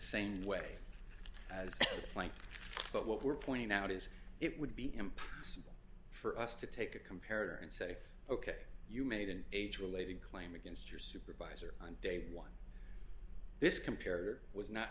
same way as a plank but what we're pointing out is it would be impossible for us to take a comparative and say ok you made an age related claim against your supervisor on day one this compared was not